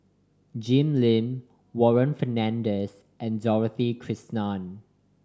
Jim Lim Warren Fernandez and Dorothy Krishnan